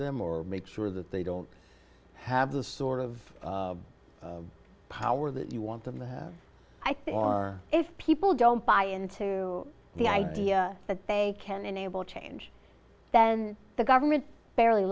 them or make sure that they don't have the sort of power that you want them to have i think if people don't buy into the idea that they can enable change then the government barely